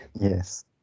Yes